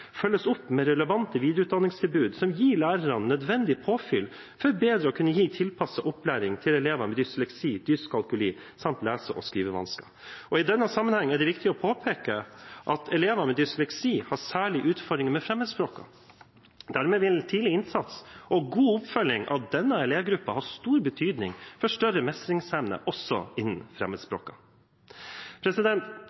følges opp med relevante videreutdanningstilbud som gir lærerne nødvendig påfyll for bedre å kunne gi tilpasset opplæring til elevene med dysleksi, dyskalkuli samt lese- og skrivevansker. I denne sammenheng er det viktig å påpeke at elever med dysleksi har særlige utfordringer med fremmedspråkene. Dermed vil tidlig innsats og god oppfølging av denne elevgruppen ha stor betydning for større mestringsevne også